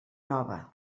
nova